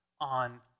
on